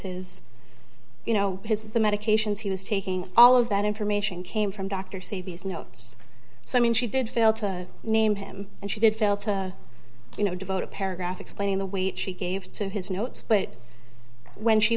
his you know his the medications he was taking all of that information came from dr say these notes so i mean she did fail to name him and she did fail to you know devote a paragraph explaining the weight she gave to his notes but when she